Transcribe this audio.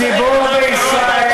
ממש, ממש,